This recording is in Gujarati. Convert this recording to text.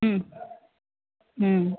હમમ હમમ